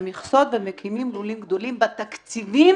המכסות ומקימים לולים גדולים בתקציבים